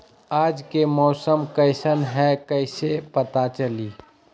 आज के मौसम कईसन हैं कईसे पता चली?